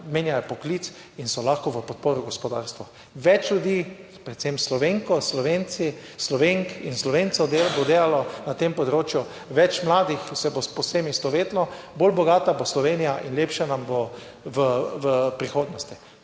menjajo poklic in so lahko v podporo gospodarstvu. Več ljudi, predvsem Slovenk, Slovenci, Slovenk in Slovencev bo delalo na tem področju, več mladih se bo povsem istovetilo, bolj bogata bo Slovenija in lepše nam bo v prihodnosti.